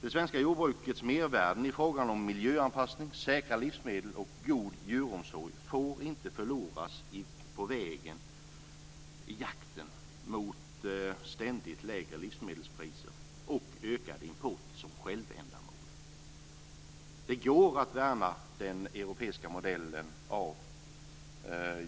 Det svenska jordbrukets mervärden i fråga om miljöanpassning, säkra livsmedel och god djuromsorg får inte förloras på vägen i jakten mot ständigt lägre livsmedelspriser och ökad import som självändamål. Det går att värna den europeiska modellen av